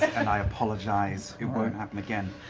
and i apologize. it won't happen again.